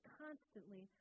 constantly